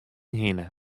hinne